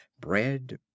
bread